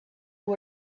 who